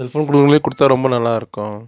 cellphone கொடுக்குறவங்களே கொடுத்தா ரொம்ப நல்லா இருக்கும்